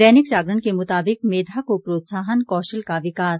दैनिक जागरण के मुताबिक मेधा को प्रोत्साहन कौशल का विकास